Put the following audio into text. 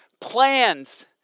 plans